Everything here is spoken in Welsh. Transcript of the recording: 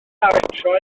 metrau